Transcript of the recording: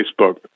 Facebook